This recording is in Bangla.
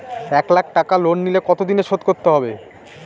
এক লাখ টাকা লোন নিলে কতদিনে শোধ করতে হবে?